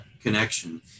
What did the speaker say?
connection